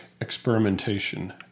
experimentation